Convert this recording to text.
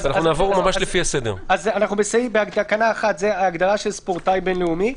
לאחריה הגדרה של עובד.